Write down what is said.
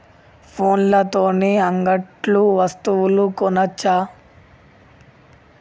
ఫోన్ల తోని అంగట్లో వస్తువులు కొనచ్చా?